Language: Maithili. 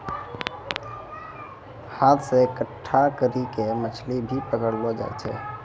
हाथ से इकट्ठा करी के मछली भी पकड़लो जाय छै